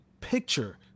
picture